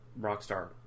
Rockstar